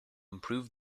improve